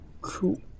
Cool